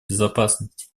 безопасности